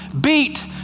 beat